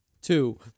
Two